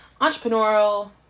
entrepreneurial